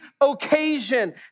occasion